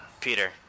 Peter